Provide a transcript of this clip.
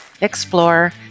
explore